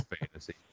fantasy